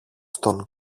στον